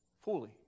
fully